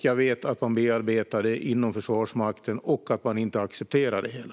Jag vet att man bearbetar detta inom Försvarsmakten och att man inte accepterar det hela.